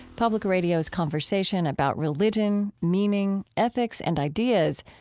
public radio's conversation about religion, meaning, ethics, and ideas.